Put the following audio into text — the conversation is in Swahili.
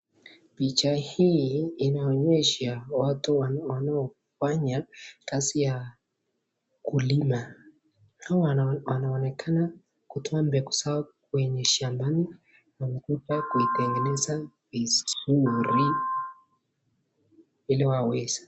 Picha hii inaonyesha watu wanaofanya kazi ya kulima hawa wanaonekana kutoa mbegu zao kwenye shambani na kuja kuitengeneza vizuri ili waweze.